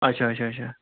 اچھا اچھا اچھا